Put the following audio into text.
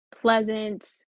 pleasant